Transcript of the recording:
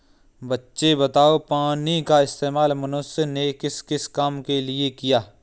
बच्चे बताओ पानी का इस्तेमाल मनुष्य ने किस किस काम के लिए किया?